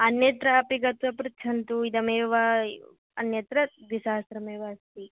अन्यत्रापि गत्वा पृच्छन्तु इदमेव अन्यत्र द्विसहस्रमेव अस्ति